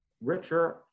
richer